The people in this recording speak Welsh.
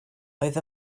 oedd